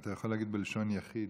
אתה יכול להגיד בלשון יחיד,